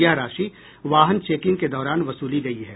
यह राशि वाहन चेकिंग के दौरान वसूली गयी है